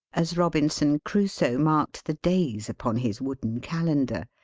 as robinson crusoe marked the days upon his wooden calendar.